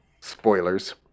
Spoilers